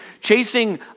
chasing